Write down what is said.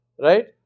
Right